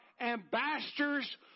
ambassadors